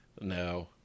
No